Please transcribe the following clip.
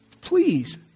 please